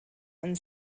and